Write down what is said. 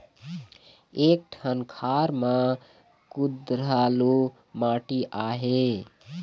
एक ठन खार म कुधरालू माटी आहे?